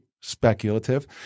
speculative